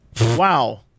Wow